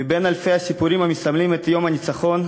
מבין אלפי הסיפורים המסמלים את יום הניצחון,